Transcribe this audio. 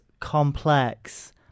complex